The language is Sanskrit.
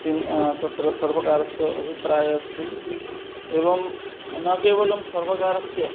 चिन् तत्र सर्वकारस्य अभिप्रायः अस्ति एवं न केवलं सर्वकारस्य